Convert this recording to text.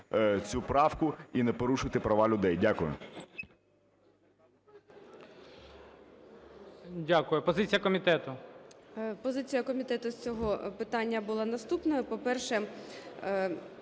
цю правку і не порушуйте права людей. Дякую.